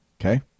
Okay